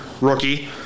rookie